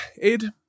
Ed